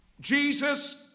Jesus